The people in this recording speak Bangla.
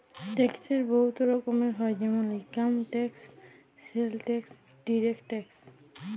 ট্যাক্সের বহুত রকম হ্যয় যেমল income tax, sales tax, direct tax